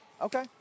Okay